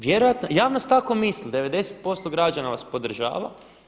Vjerojatno, javnost tako misli, 90% građana vas podržava.